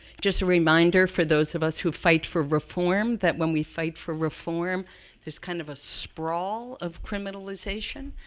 just a reminder for those of us who fight for reform, that when we fight for reform there's kind of a sprawl of criminalization.